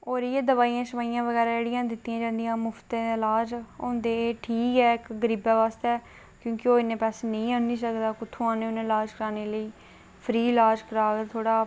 होर इ'यै दवाइयां बगैरा जेह्ड़ियां दित्तियां जंदियां मुफ्त दे ईलाज होंदे ठीक ऐ गरीब आस्तै की के ओह् इन्ने पैसे नेईं आह्नी सकदा इन्ने पैसे कुत्थुआं आह्नने ईलाजआस्तै फ्री ईलाज करा थोह्ड़ा